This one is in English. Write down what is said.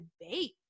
debate